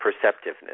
Perceptiveness